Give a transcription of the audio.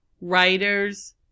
writers